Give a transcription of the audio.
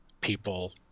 people